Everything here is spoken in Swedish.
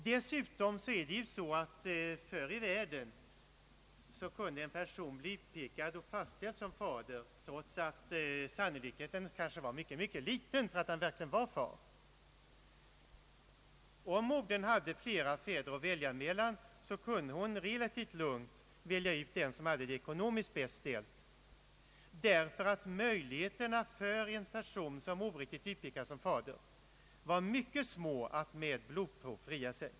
Härtill kommer att förr i världen kunde en person bli utpekad som fader och faderskapet fastställas trots att sannolikheten var mycket liten för att vederbörande verkligen var far. Om modern hade flera män att välja mellan, kunde hon relativt lugnt välja ut den som hade det ekonomiskt bäst ställt, därför att möjligheterna för en person som oriktigt utpekats som fader var mycket små att fria sig med blodprov.